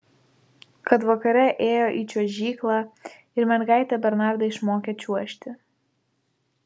kad vakare ėjo į čiuožyklą ir mergaitė bernardą išmokė čiuožti